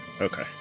Okay